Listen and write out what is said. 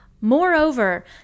Moreover